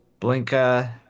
Blinka